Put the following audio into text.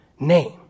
name